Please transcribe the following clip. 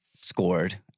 scored